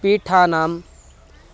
पीठानाम्